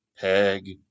Peg